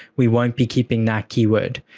we won't be keeping that key word.